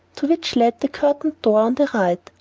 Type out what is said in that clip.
to which led the curtained door on the right.